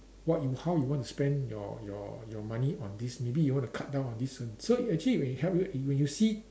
what you how you want to spend your your your money on this maybe you want to cut down on this one so actually when it help you when you see